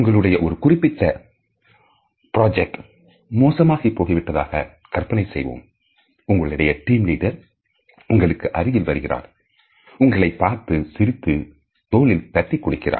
உங்களுடைய ஒரு குறிப்பிட்ட ப்ராஜெக்ட் மோசமாக போகிவிட்டதாக கற்பனை செய்வோம் உங்களுடைய டீம் லீடர் உங்களுக்கு அருகில் வருகிறார் உங்களைப் பார்த்து சிரித்து தோளில் தட்டிக் கொடுக்கிறார்